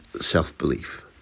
self-belief